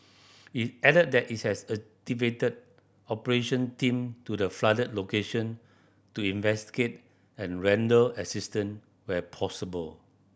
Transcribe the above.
it added that it has activated operation team to the flooded location to investigate and render assistant where possible